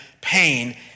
pain